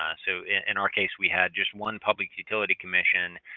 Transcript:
ah so, in our case we had just one public utility commission.